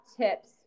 tips